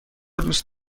دوست